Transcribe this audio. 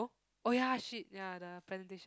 oh ya shit ya the presentation